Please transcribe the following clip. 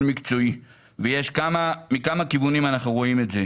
מקצועי ואנחנו רואים את זה מכמה כיוונים.